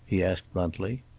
he asked bluntly.